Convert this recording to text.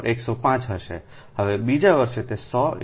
05 105 હશે હવે બીજા વર્ષે તે 100 1